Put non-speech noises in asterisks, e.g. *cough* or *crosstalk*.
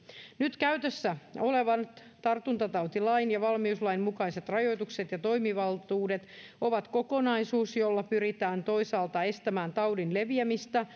nyt käytössä olevat tartuntatautilain ja valmiuslain mukaiset rajoitukset ja toimivaltuudet ovat kokonaisuus jolla pyritään toisaalta estämään taudin leviämistä *unintelligible*